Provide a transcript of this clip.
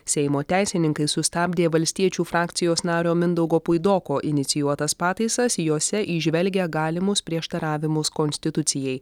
seimo teisininkai sustabdė valstiečių frakcijos nario mindaugo puidoko inicijuotas pataisas jose įžvelgia galimus prieštaravimus konstitucijai